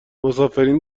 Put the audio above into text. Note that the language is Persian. مسافرین